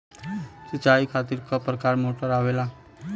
सिचाई खातीर क प्रकार मोटर आवेला?